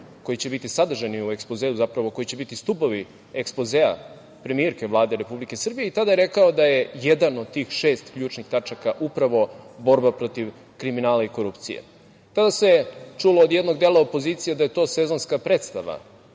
koje će biti sadržane u ekspozeu, zapravo koji će biti stubovi ekspozea premijerke Vlade Republike Srbije i tada je rekao da je jedan od tih šest ključnih tačaka upravo borba protiv kriminala i korupcije. Tada se čulo od jednog dela opozicije da je to sezonska predstava